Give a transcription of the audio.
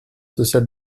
social